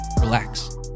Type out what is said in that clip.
relax